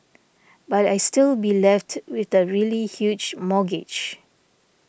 but I still be left with a really huge mortgage